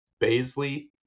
Baisley